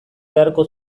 beharko